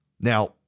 Now